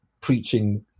preaching